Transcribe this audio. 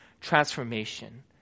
transformation